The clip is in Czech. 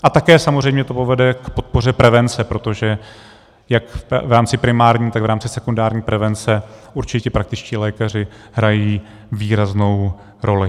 A také samozřejmě to povede k podpoře prevence, protože jak v rámci primární, tak v rámci sekundární prevence určitě praktičtí lékaři hrají výraznou roli.